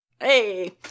Hey